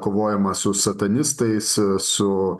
kovojama su satanistais su